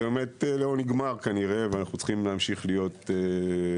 זה כנראה לא נגמר ואנחנו צריכים להמשיך לעקוב